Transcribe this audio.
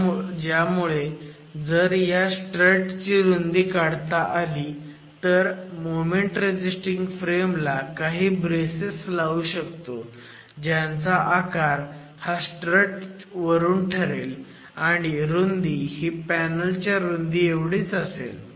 त्यामुळे जर ह्या स्ट्रट ची रुंदी काढता आली तर मोमेंट रेझिस्टिंग फ्रेम ला काही ब्रेसेस लावू शकतो ज्यांचा आकार हा स्ट्रट वरून ठरेल आणि रुंदी ही पॅनल च्या रुंदीएवढीच असेल